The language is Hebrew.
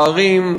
בערים,